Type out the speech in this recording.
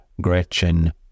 Gretchen